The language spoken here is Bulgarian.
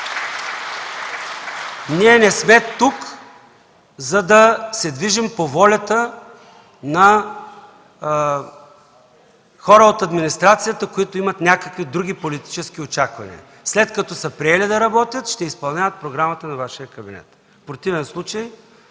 Ние не сме тук, за да се движим по волята на хора от администрацията, които имат някакви други политически очаквания. След като са приели да работят, ще изпълняват програмата на Вашия кабинет, в противен случай